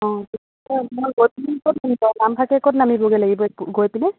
অঁ মই গৈ পিনি ক'ত নামভাকে ক'ত নামিবগৈ লাগিব গৈ পিনে